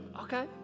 okay